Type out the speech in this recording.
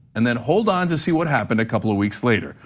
and then hold on to see what happened a couple of weeks later.